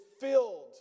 filled